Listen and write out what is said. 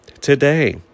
today